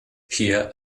here